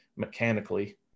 mechanically